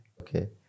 Okay